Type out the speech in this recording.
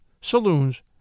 saloons